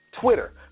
Twitter